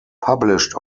published